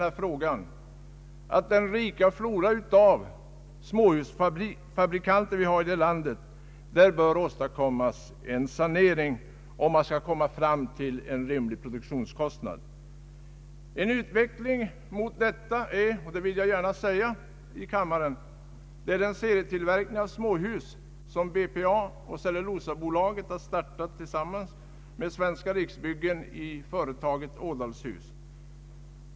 anslag till bostadsbyggande m.m. åstadkommas en sanering i den rika flora av småhusfabriker som vi har i vårt land om man skall komma fram till en rimlig produktionskostnad. En utveckling mot detta — det vill jag gärna säga i kammaren — är den serietillverkning av småhus som BPA och Cellulosabolaget har startat tillsammans med Svenska riksbyggen i företaget Ådals-hus.